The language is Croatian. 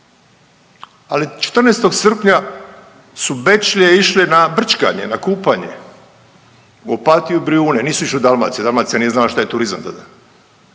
ali 14. srpnja su bečlije išli na brčkanje na kupanje u Opatiju i Brijune, nisu išli u Dalmaciju, Dalmacija nije znala šta je turizam